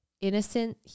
innocent